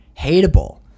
hateable